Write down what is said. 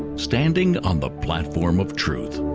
standing on the platform of truth